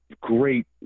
Great